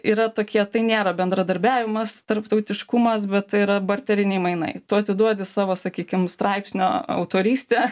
yra tokie tai nėra bendradarbiavimas tarptautiškumas bet tai yra barteriniai mainai tu atiduodi savo sakykim straipsnio autorystę